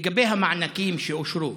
לגבי המענקים שאושרו,